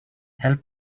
help